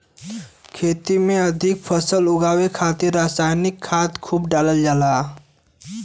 खेती में अधिक फसल उगावे खातिर रसायनिक खाद खूब डालल जाला